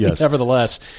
Nevertheless